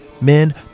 men